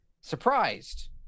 surprised